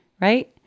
Right